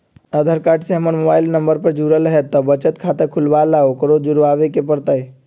आधार card से हमर mobile number न जुरल है त बचत खाता खुलवा ला उकरो जुड़बे के पड़तई?